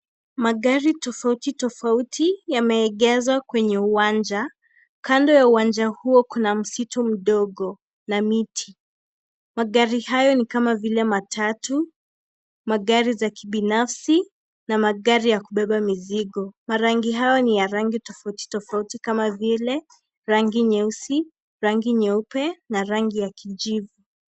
Magari tofauti tofauti yameegezwa kwenye uwanja kando ya uwanja huo kuna msitu mdogo na miti magari hayo nikama vile matatu magari za kibinafsi na magari ya kubeba mizigo magari hayo ni ya rangi tofauti tofauti kama vile rangi nyeusi rangi nyeupe na rangi ya kijivu.